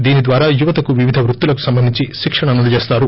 దీని ద్వారా యువతకు వివిధ వృత్తులకు సంబంధించి శిక్షణను అందచేస్తారు